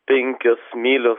penkios mylios